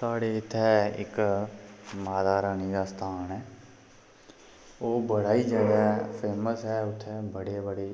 साढ़े इत्थें इक माता रानी दा स्थान ऐ ओह् बड़ा ई जादै फेमस ऐ उत्थें बड़े बड़े